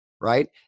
Right